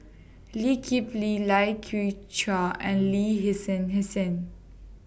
Lee Kip Lee Lai Kew Chai and Lin Hsin Hsin